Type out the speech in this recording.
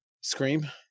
scream